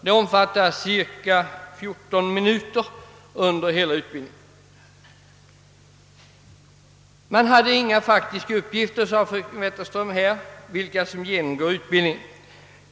Den omfattar endast cirka 14 minuter. Fröken Wetterström sade att det inte finns några faktiska uppgifter om vilka som genomgår utbildningen.